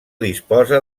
disposa